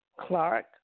Clark